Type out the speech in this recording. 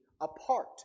apart